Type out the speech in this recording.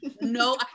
No